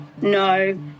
No